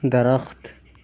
درخت